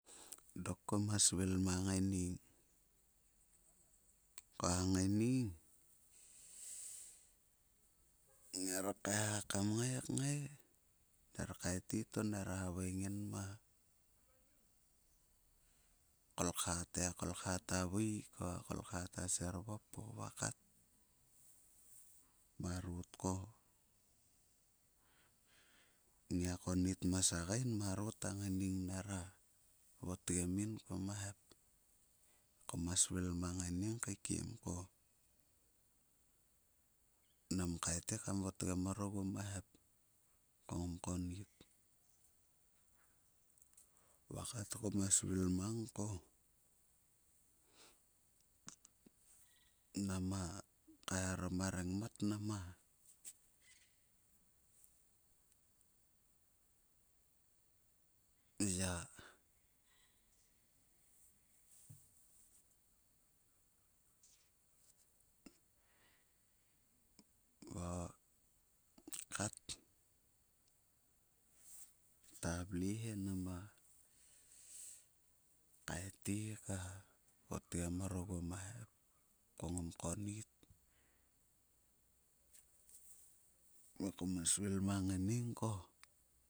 Dok kuma svul mang a ngaining. Ko a ngaining ngir kaeha kam ngai knga, ner kaeti to nera havaina yin mang o kolkolha te ta kalkha ta veik o a kolkha ta sir vop o. Marot ko ngiak kannit ma segen marot a ngaining nera votgem yin kuo ma hep. Kuma svil ma ngaining keikeim ko nam kaeiti kam votgen mor orguo ma hep. Ko ngom konnit va kat kuma svil mang ko nama kaeharom aâ rengmat nama ya. va kat ta vle he nama kaeti ka votgem mor orguo ma hep ko ngom konnit. Va kuma svil ma ngaining ko.